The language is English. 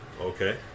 Okay